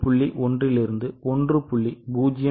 1 லிருந்து 1